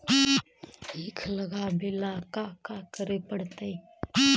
ईख लगावे ला का का करे पड़तैई?